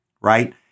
right